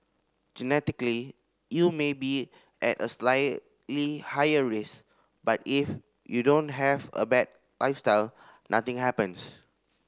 genetically you may be at a slightly higher risk but if you don't have a bad lifestyle nothing happens